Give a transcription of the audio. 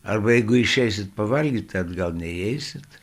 arba jeigu išeisit pavalgyti atgal neįeisit